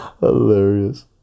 hilarious